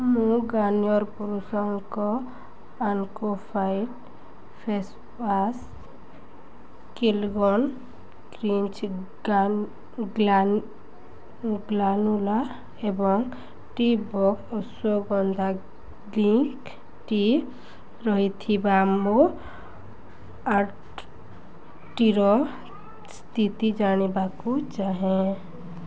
ମୁଁ ଗାର୍ନିଅର୍ ପୁରୁଷଙ୍କ acne fight face wash Kellogg's crunchy granola ଏବଂ tea box ashwagandha green tea ରହିଥିବା ମୋ ଅର୍ଡ଼ର୍ଟିର ସ୍ଥିତି ଜାଣିବାକୁ ଚାହେଁ